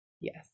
Yes